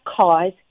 cause